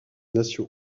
nation